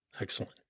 Excellent